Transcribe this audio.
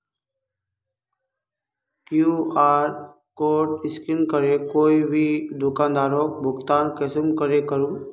QR code scan करे कोई भी दुकानदारोक भुगतान कुंसम करे करूम?